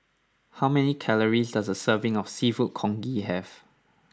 how many calories does a serving of Seafood Congee have